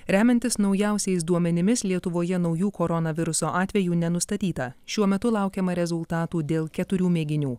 remiantis naujausiais duomenimis lietuvoje naujų koronaviruso atvejų nenustatyta šiuo metu laukiama rezultatų dėl keturių mėginių